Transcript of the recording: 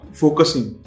focusing